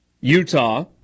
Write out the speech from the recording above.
Utah